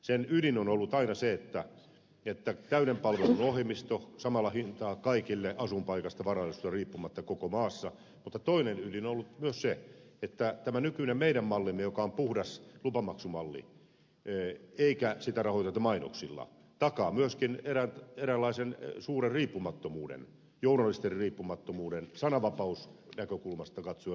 sen ydin on ollut aina täyden palvelun ohjelmisto samalla hintaa kaikille asuinpaikasta varallisuudesta riippumatta koko maassa mutta toinen ydin on ollut myös se että tämä nykyinen meidän mallimme joka on puhdas lupamaksumalli eikä sitä rahoiteta mainoksilla takaa myöskin eräänlaisen suuren riippumattomuuden journalistisen riippumattomuuden sananvapausnäkökulmasta katsoen riippumattomuuden